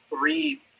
three